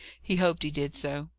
he hoped he did so.